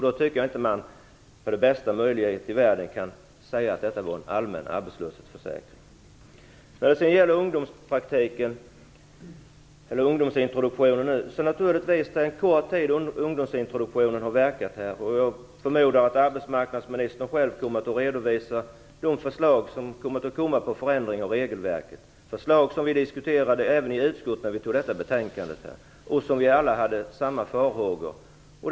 Då tycker jag inte att man med bästa vilja i världen kan säga att detta var en allmän försäkring. Det är en kort tid som ungdomsintroduktionen har verkat. Jag förmodar att arbetsmarknadsministern själv kommer att redovisa de förslag till förändringar av regelverket som skall komma. Det är förslag som vi diskuterade även i utskottet, när vi godkände detta betänkande. Vi hade alla samma farhågor inför det.